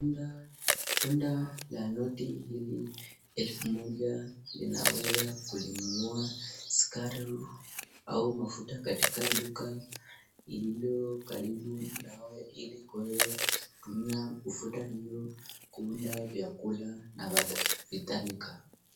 Bunda la noti hili elfu moja inaweza kulinunua sukari au mafuta katika duka iliyokaribu nao ili kuweza kutumia ufuta hiyo kuunda vyakula na kadharika.